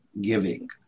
giving